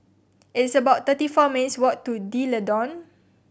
it's about thirty four minutes' walk to D'Leedon